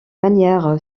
manière